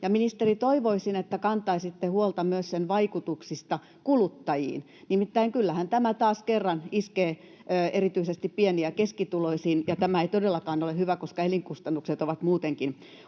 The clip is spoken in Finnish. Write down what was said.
ministeri, että kantaisitte huolta myös sen vaikutuksista kuluttajiin. Nimittäin kyllähän tämä taas kerran iskee erityisesti pieni- ja keskituloisiin, ja tämä ei todellakaan ole hyvä, koska elinkustannukset ovat muutenkin